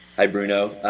hi, bruno,